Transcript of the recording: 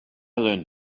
learned